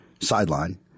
sideline